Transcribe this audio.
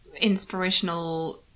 inspirational